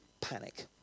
panic